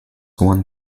one